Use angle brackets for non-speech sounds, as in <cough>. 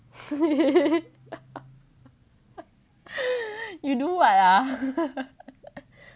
<laughs> you do what ah <laughs>